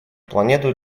планету